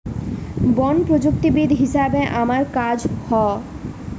বন প্রযুক্তিবিদ হিসাবে আমার কাজ হ